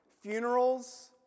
funerals